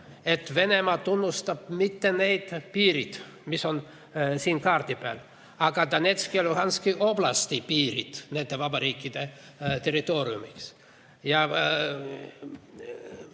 et Venemaa ei tunnusta mitte neid piire, mis on siin kaardi peal, vaid Donetski ja Luhanski oblasti piire nende vabariikide territooriumidena.